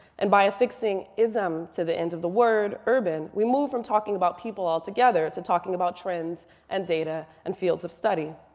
and by affixing ism to the end of the word urban, we move from talking about people all together to and talking about trends and data and fields of study.